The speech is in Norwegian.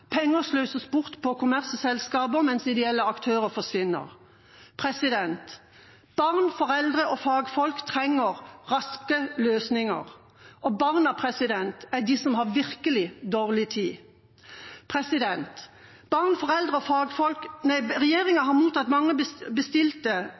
penger sløses bort på kommersielle selskaper, mens ideelle aktører forsvinner. Barn, foreldre og fagfolk trenger løsninger raskt. Barna er de som har virkelig dårlig tid. Regjeringa har mottatt mange bestilte og